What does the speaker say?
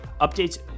Updates